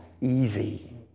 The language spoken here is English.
easy